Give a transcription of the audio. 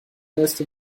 nächste